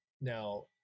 now